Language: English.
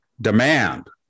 demand